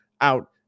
out